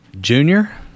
junior